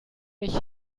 ich